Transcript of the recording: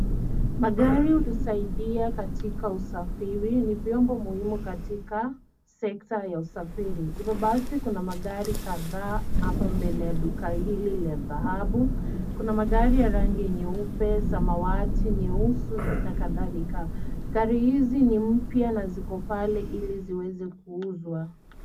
Magari utusaidia katika usafiri ni vyombo muhimu katika sekta ya usafiri. Hivyo basii kuna magari kadhaa hapa mbele ya duka hili la dhahabu. Kuna magari ya rangi nyeupe, samawati, nyeusi na kadhalika. Gari hizi ni mpya na ziko pale ili ziweze kuuzwa.